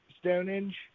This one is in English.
Stonehenge